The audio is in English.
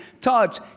touch